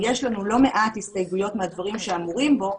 יש לנו לא מעט הסתייגויות מהדברים שאמורים בו,